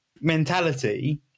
mentality